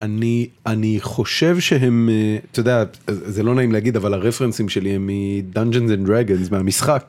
אני אני חושב שהם את זה לא נעים להגיד אבל הרפרנסים שלי מי דאנג'ינג דרגאנס מהמשחק.